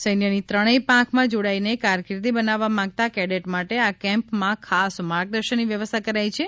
સૈન્ય ની ત્રણેય પાંખ માં જોડાઈ ને કારકિર્દી બનાવવા માંગતા કેડેટ માટે આ કેમ્પ માં ખાસ માર્ગદર્શન ની વ્યવસ્થા કરાઇ છે